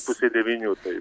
pusė devynių tai